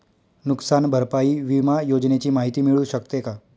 नुकसान भरपाई विमा योजनेची माहिती मिळू शकते का?